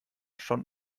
schon